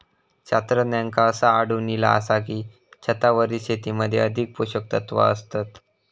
शास्त्रज्ञांका असा आढळून इला आसा की, छतावरील शेतीमध्ये अधिक पोषकतत्वा असतत